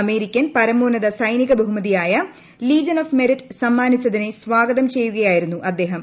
American പരമോന്നത സൈനിക ബഹുമതിയായ ലീജിയൻ ഓഫ് മെരിറ്റ് സമ്മാനിച്ചതിനെ സ്വാഗതം ചെയ്യുക യായിരുന്നു അദ്ദേഹം